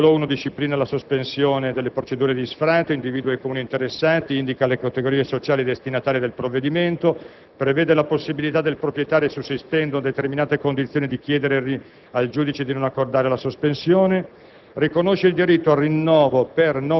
Nel dettaglio, l'articolo 1 disciplina la sospensione delle procedure di sfratto, individua i Comuni interessati, indica le categorie sociali destinatarie del provvedimento, prevede la possibilità per il proprietario, sussistendo determinate condizioni, di chiedere al giudice di non accordare la sospensione,